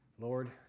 Lord